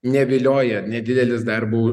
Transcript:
nevilioja nedidelis darbo